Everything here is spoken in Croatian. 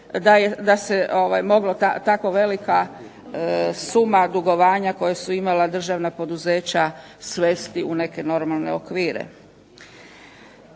da je moglo tako velika suma dugovanja koje su imala državna poduzeća svesti u neke normalne okvire.